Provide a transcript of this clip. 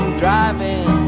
driving